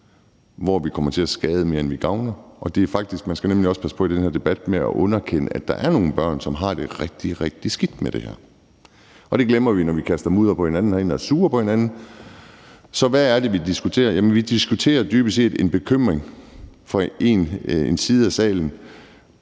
hvor vi kommer til at skade mere, end vi gavner. Man skal nemlig i den her debat også passe på med at underkende, at der er nogle børn, som har det rigtig, rigtig skidt med det her, og det glemmer vi, når vi herinde kaster mudder på hinanden og er sure på hinanden. Så hvad er det, vi diskuterer? Ja, vi diskuterer dybest set en bekymring fra den ene side af salen